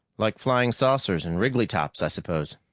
like flying saucers and wriggly tops, i suppose?